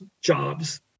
jobs